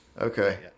Okay